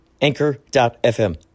Anchor.fm